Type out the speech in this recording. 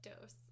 dose